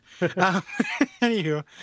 Anywho